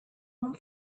home